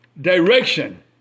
direction